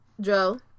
Joe